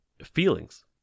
feelings